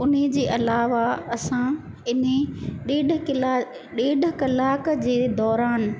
उन जे अलावा असां इन ई ॾेढु कला ॾेढ कलाक जे दौरानि